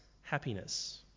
happiness